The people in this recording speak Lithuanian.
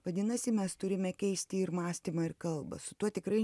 vadinasi mes turime keisti ir mąstymą ir kalbą su tuo tikrai